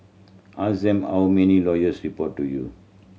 ask them how many lawyers report to you